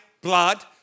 blood